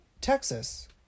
Texas